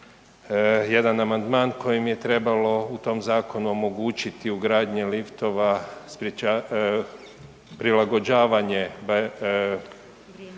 jedan amandman kojim je trebalo u tom zakonu omogućiti ugradnju liftova, prilagođavanje